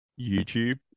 YouTube